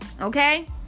Okay